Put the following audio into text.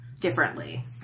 differently